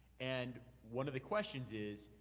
and one of the questions is,